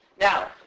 Now